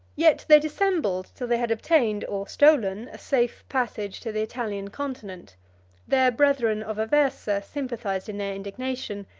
yet they dissembled till they had obtained, or stolen, a safe passage to the italian continent their brethren of aversa sympathized in their indignation,